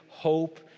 hope